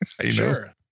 Sure